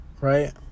Right